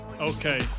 Okay